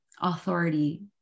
authority